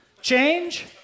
change